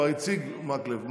כבר הציג מקלב.